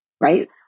right